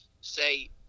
say